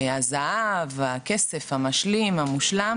הזהב, הכסף, המשלים, המושלם